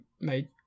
made